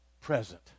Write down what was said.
present